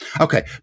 Okay